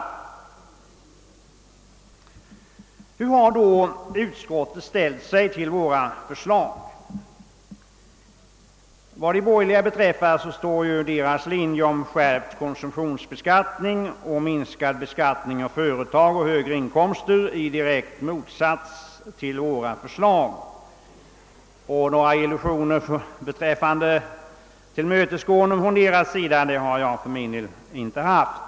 Hur har då utskottet ställt sig till våra förslag? Ja, vad de borgerliga beträffar, så står ju deras linje om skärpt konsumtionsbeskattning samt minskad beskattning av företag och högre inkomster i direkt motsats till våra förslag. Några illusioner om tillmötesgående från de borgerligas sida har jag för min del inte haft.